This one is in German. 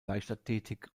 leichtathletik